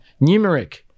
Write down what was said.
numeric